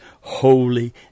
holy